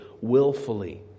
willfully